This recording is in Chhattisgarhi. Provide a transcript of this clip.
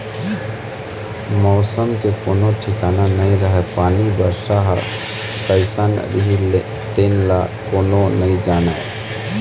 मउसम के कोनो ठिकाना नइ रहय पानी, बरसा ह कइसना रही तेन ल कोनो नइ जानय